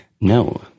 no